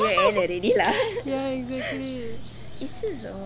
ya exactly